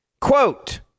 Quote